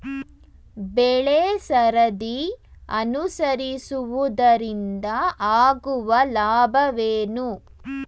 ಬೆಳೆಸರದಿ ಅನುಸರಿಸುವುದರಿಂದ ಆಗುವ ಲಾಭವೇನು?